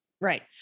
Right